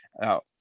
Now